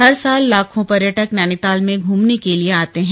हर साल लाखो पर्यटक नैनीताल में घूमने के लिए आते हैं